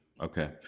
okay